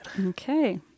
Okay